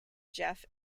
jeff